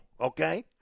okay